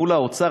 מול האוצר,